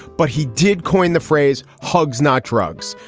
but he did coined the phrase hugs, not drugs.